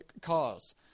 cause